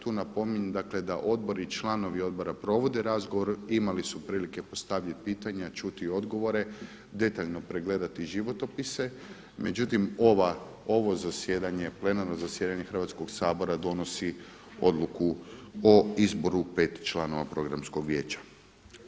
Tu napominjem da odbor i članovi odbora provode razgovor, imali su prilike postaviti pitanja, čuti odgovore, detaljno pregledati životopise, međutim ovo zasjedanje plenarno zasjedanje Hrvatskog sabora donosi odluku o izboru pet članova Programskog vijeća HRT-a.